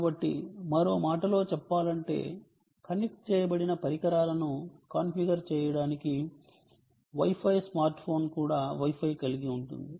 కాబట్టి మరో మాటలో చెప్పాలంటే కనెక్ట్ చేయబడిన పరికరాలను కాన్ఫిగర్ చేయడానికి Wi Fi స్మార్ట్ ఫోన్ కూడా Wi Fi కలిగి ఉంటుంది